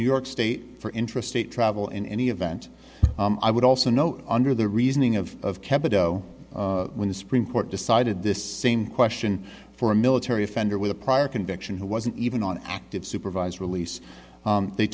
new york state for intrastate travel in any event i would also note under the reasoning of kempo when the supreme court decided this same question for a military offender with a prior conviction who wasn't even on active supervised release they